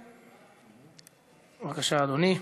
בבקשה, אדוני.